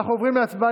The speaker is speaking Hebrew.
אנחנו עוברים להצבעה